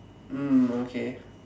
mm okay